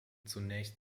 zunächst